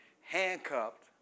handcuffed